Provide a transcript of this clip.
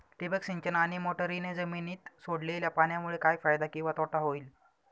ठिबक सिंचन आणि मोटरीने जमिनीत सोडलेल्या पाण्यामुळे काय फायदा किंवा तोटा होईल?